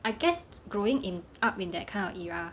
I guess growing in up in that kind of era